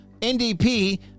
NDP